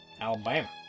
Alabama